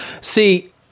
see